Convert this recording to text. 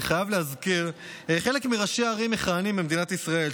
אני חייב להזכיר: חלק מראשי הערים המכהנים במדינת ישראל,